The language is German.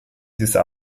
dieser